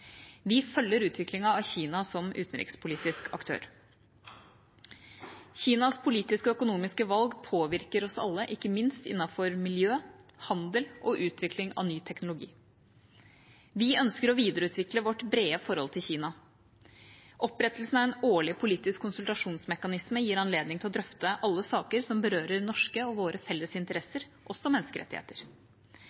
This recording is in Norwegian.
Vi følger utviklingen av Kina som utenrikspolitisk aktør. Kinas politiske og økonomiske valg påvirker oss alle, ikke minst innenfor miljø, handel og utvikling av ny teknologi. Vi ønsker å videreutvikle vårt brede forhold til Kina. Opprettelsen av en årlig politisk konsultasjonsmekanisme gir anledning til å drøfte alle saker som berører norske og våre felles